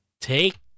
take